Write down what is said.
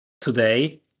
today